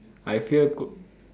I fear gh~